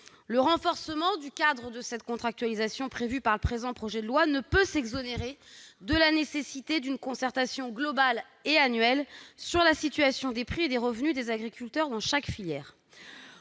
Le renforcement du cadre de la contractualisation prévu par le présent projet de loi ne peut s'exonérer de la nécessité d'une concertation globale et annuelle sur la situation des prix et des revenus des agriculteurs dans chaque filière.